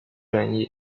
争议